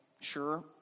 sure